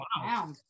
wow